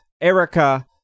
Erica